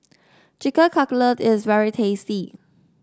Chicken Cutlet is very tasty